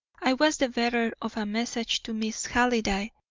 i was the bearer of a message to miss halliday.